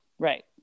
Right